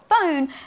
phone